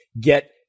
get